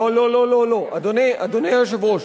לא לא לא לא, אדוני היושב-ראש,